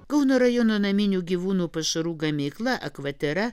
kauno rajono naminių gyvūnų pašarų gamykla akvatera